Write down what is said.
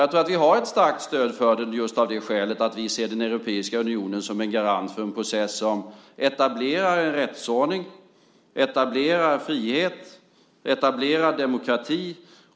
Jag tror att vi har ett starkt stöd för den just för att vi ser den europeiska unionen som en garant för en process som etablerar rättsordning, frihet och demokrati.